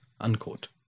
unquote